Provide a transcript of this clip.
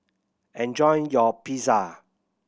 enjoy your Pizza